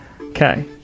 Okay